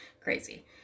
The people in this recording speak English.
crazy